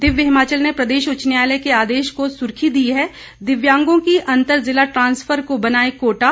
दिव्य हिमाचल ने प्रदेश उच्च न्यायालय के आदेश को सुर्खी दी है दिव्यांगों की अंतर जिला ट्रांसफर को बनाएं कोटा